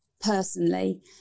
personally